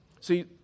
See